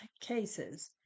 cases